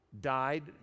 died